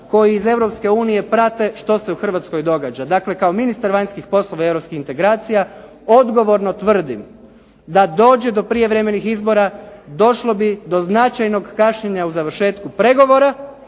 unije prate što se u Hrvatskoj događa. Dakle kao ministar vanjskih poslova i europskih integracija odgovorno tvrdim da dođe do prijevremenih izbora, došlo bi do značajnog kašnjenja u završetku pregovora